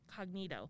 Cognito